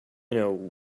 know